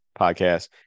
podcast